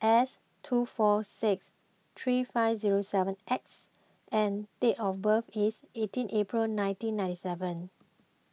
S two four six three five zero seven X and date of birth is eighteen April nineteen ninety seven